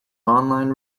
online